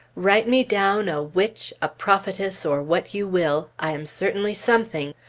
write me down a witch, a prophetess, or what you will. i am certainly something!